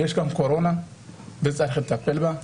יש קורונה וצריך לטפל בה.